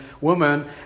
woman